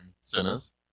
sinners